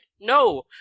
No